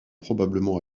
probablement